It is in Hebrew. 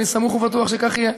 ואני סמוך ובטוח שכך יהיה.